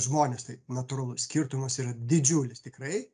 žmonės tai natūralu skirtumas yra didžiulis tikrai